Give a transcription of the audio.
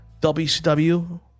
WCW